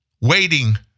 waiting